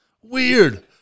Weird